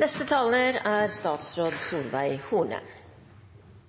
dag motta barnetrygd ved utenlandsopphold som ikke er